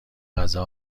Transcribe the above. غذا